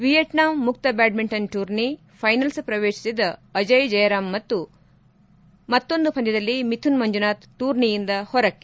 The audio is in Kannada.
ವಿಯೆಟ್ನಾಂ ಮುಕ್ತ ಬ್ಯಾಡ್ಡಿಂಟನ್ ಟೂರ್ನಿ ಫೈನಲ್ಸ್ ಪ್ರವೇಶಿಸಿದ ಅಜಯ್ ಜಯರಾಮ್ ಮತ್ತೊಂದು ಪಂದ್ದದಲ್ಲಿ ಮಿಥುನ್ ಮಂಜುನಾಥ್ ಟೂರ್ನಿಯಿಂದ ಹೊರಕ್ಕೆ